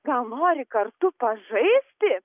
gal nori kartu pažaisti